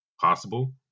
possible